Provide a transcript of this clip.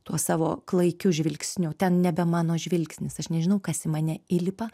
tuo savo klaikiu žvilgsniu ten nebe mano žvilgsnis aš nežinau kas į mane įlipa